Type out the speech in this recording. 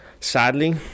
sadly